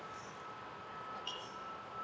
okay